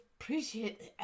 appreciate